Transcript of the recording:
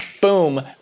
boom